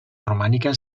romànica